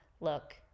look